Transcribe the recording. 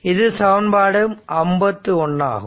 இது சமன்பாடு 51 ஆகும்